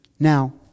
Now